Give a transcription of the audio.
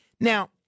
Now